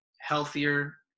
healthier